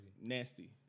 nasty